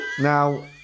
Now